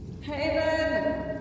Haven